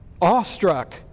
awestruck